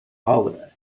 holiday